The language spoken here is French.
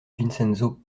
vincenzo